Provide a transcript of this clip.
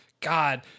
God